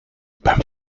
beim